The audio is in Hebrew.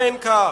אכן כך.